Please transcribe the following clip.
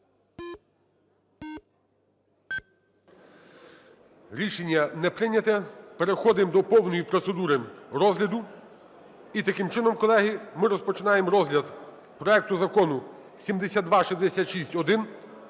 Рішення не прийнято. Переходимо до повної процедури розгляду. І, таким чином, колеги, ми розпочинаємо розгляд проекту Закону 7266-1.